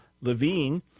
Levine